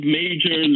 major